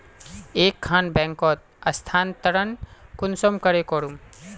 एक खान बैंकोत स्थानंतरण कुंसम करे करूम?